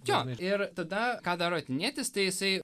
jo ir tada ką daro atėnietis tai jisai